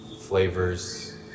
flavors